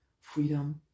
Freedom